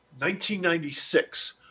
1996